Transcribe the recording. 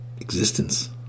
existence